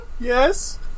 Yes